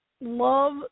Love